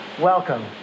Welcome